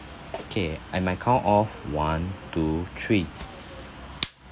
okay at my count of one two three